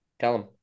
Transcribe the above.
Callum